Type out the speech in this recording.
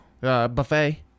Buffet